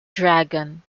dragon